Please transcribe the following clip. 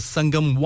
Sangam